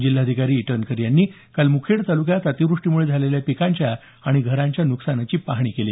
जिल्हाधिकारी ईटनकर यांनी काल मुखेड तालुक्यात अतिवृष्टीमुळे झालेल्या पिकांच्या आणि घरांच्या नुकसानीची पाहणी केली